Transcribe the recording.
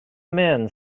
men